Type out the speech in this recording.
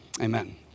amen